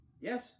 Yes